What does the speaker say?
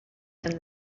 than